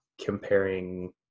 comparing